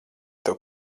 tev